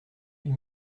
huit